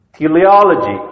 teleology